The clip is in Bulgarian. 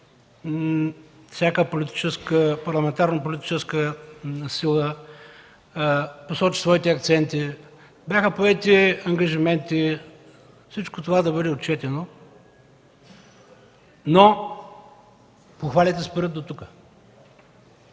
Всяка парламентарна политическа сила посочи своите акценти. Бяха поети ангажименти всичко това да бъде отчетено, но похвалите спират дотук.